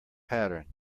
pattern